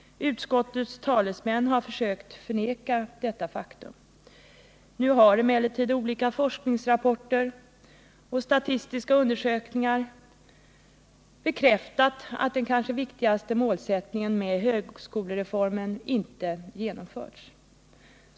Utskottets talesmän har försökt förneka detta faktum. Nu har emellertid olika forskningsrapporter och statistiska undersökningar bekräftat att den kanske viktigaste målsättningen med högskolereformen inte uppfyllts.